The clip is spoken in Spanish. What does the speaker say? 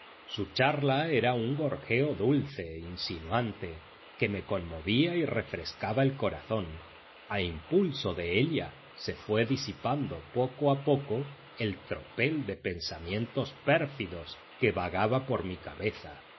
su charla era un gorjeo dulce insinuante que me conmovía y refrescaba el corazón a impulso de ella se fue disipando poco a poco el tropel de pensamientos pérfidos que vagaba por mi cabeza